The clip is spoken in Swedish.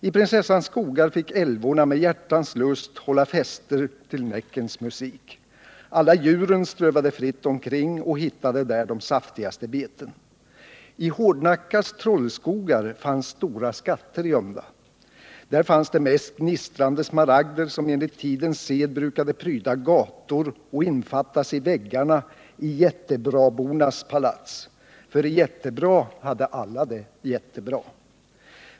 I prinsessans skogar fick älvorna med hjärtans lust hålla fester till Näckens musik. Alla djuren strövade fritt omkring och hittade där de saftigaste beten. I Hårdnackas trollskogar fanns stora skatter gömda. Där fanns de mest gnistrande smaragder som enligt tidens sed brukade pryda gator och infattas i väggarna i Jättebrabornas palats. För i Jättebra hade alla det jättebra.